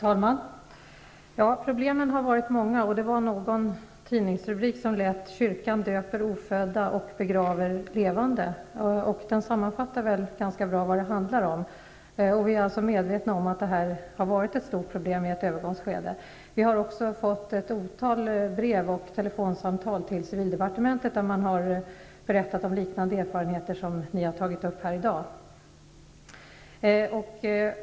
Herr talman! Problemen har varit många. Det fanns en tidningsrubrik om att kyrkan döper ofödda och begraver levande. Den sammanfattar ganska bra vad det handlar om. Vi är medvetna om att detta har varit ett stort problem i ett övergångsskede. Vi har också fått ett otal brev och telefonsamtal till civildepartementet där man berättat om erfarenheter liknande dem som har tagits upp här i dag.